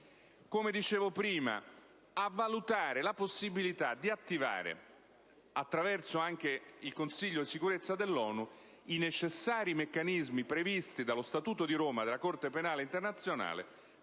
interessati; a valutare la possibilità di attivare, anche attraverso il Consiglio di sicurezza dell'ONU, i necessari meccanismi previsti dallo Statuto di Roma della Corte penale internazionale